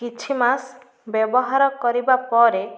କିଛି ମାସ ବ୍ୟବହାର କରିବା ପରେ